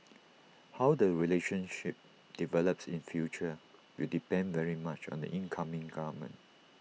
how the relationship develops in future will depend very much on the incoming government